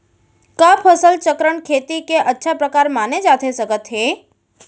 का फसल चक्रण, खेती के अच्छा प्रकार माने जाथे सकत हे?